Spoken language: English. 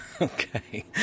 Okay